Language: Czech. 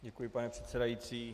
Děkuji, pane předsedající.